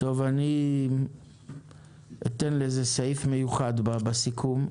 אני אקדיש לזה סעיף מיוחד בסיכום.